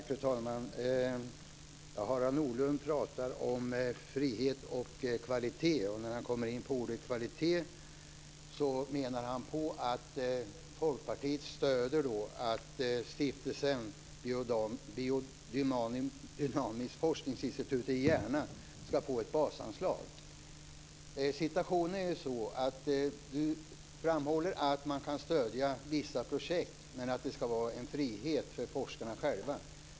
Fru talman! Harald Nordlund talar om frihet och kvalitet. När han kommer in på kvalitet menar han att Folkpartiet stöder att Stiftelsen Biodynamiska Forskningsinstitutet i Järna ska få ett basanslag. Situationen är sådan att Harald Nordlund framhåller att man kan stödja vissa projekt men att det ska vara en frihet för forskarna själva.